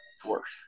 force